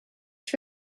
ich